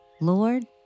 Lord